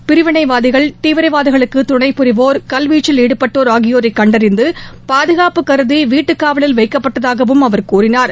பிரிவினைவாதிகள் தீவிரவாதிகளுக்கு துணை புரிவோர் கல்வீச்சில் ஈடுபட்டோர் ஆகியோரை கண்டறிந்து பாதுகாப்பு கருதி வீட்டுக்காவலில் வைக்கப்பட்டதாகவும் அவர் தெரிவித்தார்